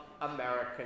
American